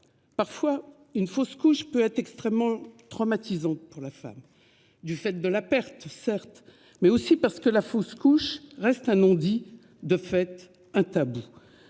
Parfois, une fausse couche peut être extrêmement traumatisante pour la femme, du fait de la perte, certes, mais aussi parce qu'elle reste un non-dit et donc, de fait, un tabou.